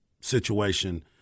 situation